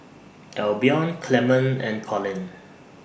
Albion Clement and Collin